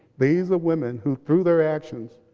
these are women, who through their actions,